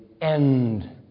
end